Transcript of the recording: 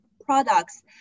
products